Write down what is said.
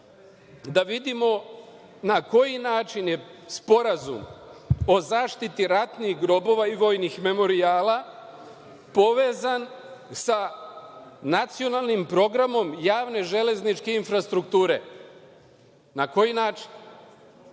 da vidimo na koji način je Sporazum o zaštiti ratnih grobova i vojnih memorijala, povezan sa Nacionalnim programom javne železničke infrastrukture? Na koji način? Da